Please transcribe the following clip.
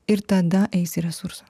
ir tada eis į resursą